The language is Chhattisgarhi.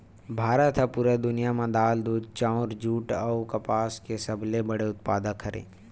भारत हा पूरा दुनिया में दाल, दूध, चाउर, जुट अउ कपास के सबसे बड़े उत्पादक हरे